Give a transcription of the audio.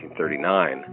1939